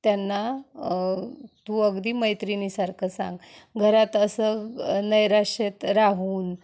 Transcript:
त्यांना तू अगदी मैत्रिणीसारखं सांग घरात असं नैराश्यात राहून